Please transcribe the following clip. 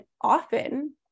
often